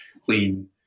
clean